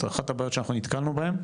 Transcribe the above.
אחת הבעיות שאנחנו נתקלנו בהם,